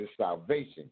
salvation